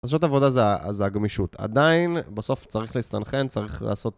אז זאת עבודה זה הגמישות, עדיין בסוף צריך להסתנכרן, צריך לעשות...